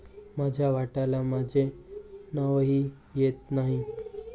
माझ्या वाट्याला माझे नावही येत नाही